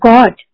God